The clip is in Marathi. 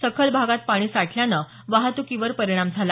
सखल भागात पाणी साठल्यानं वाहत्रकीवर परिणाम झाला